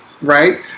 right